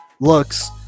looks